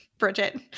Bridget